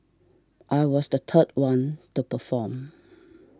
I was the third one to perform